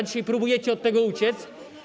Dzisiaj próbujecie od tego uciec.